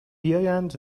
بیایند